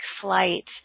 flight